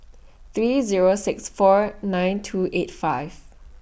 three Zero six four nine two eight five